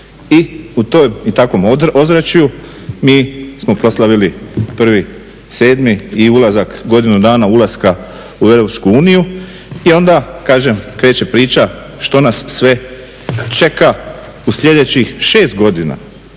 I u tom i takvom ozračju mi smo proslavili 1.7.i ulazak godinu dana ulaska u EU i onda kreće priča što nas sve čeka u sljedećih šest godina